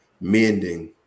mending